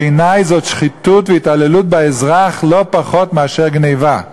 בעיני זאת שחיתות והתעללות באזרח לא פחות מאשר גנבה.